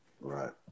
Right